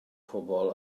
pobl